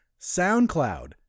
SoundCloud